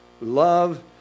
love